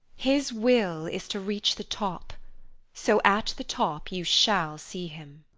his will is to reach the top so at the top you shall see him.